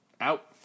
Out